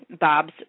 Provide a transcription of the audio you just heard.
Bob's